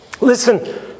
Listen